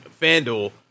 FanDuel